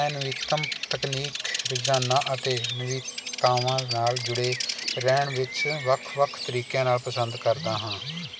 ਮੈਂ ਨਵੀਨਤਮ ਤਕਨੀਕ ਰੋਜ਼ਾਨਾ ਅਤੇ ਨਵੀਨਤਾਵਾਂ ਨਾਲ ਜੁੜੇ ਰਹਿਣ ਵਿੱਚ ਵੱਖ ਵੱਖ ਤਰੀਕਿਆਂ ਨਾਲ ਪਸੰਦ ਕਰਦਾ ਹਾਂ